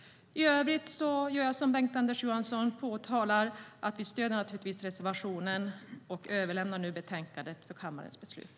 I övrigt gör jag som Bengt-Anders Johansson och påpekar att vi naturligtvis stöder reservationen och överlämnar betänkandet för kammarens beslut.